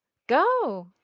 go!